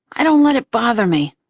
i don't let it bother me.